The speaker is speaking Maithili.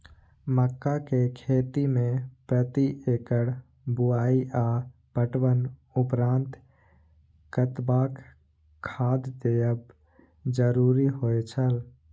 मक्का के खेती में प्रति एकड़ बुआई आ पटवनक उपरांत कतबाक खाद देयब जरुरी होय छल?